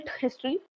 history